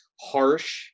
harsh